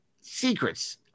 secrets